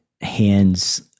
hands